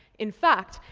in fact,